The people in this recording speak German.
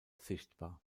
sichtbar